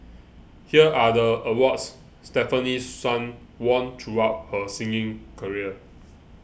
here are the awards Stefanie Sun won throughout her singing career